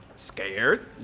Scared